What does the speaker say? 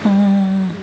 మ్మ్